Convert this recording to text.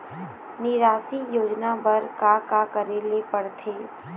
निराश्री योजना बर का का करे ले पड़ते?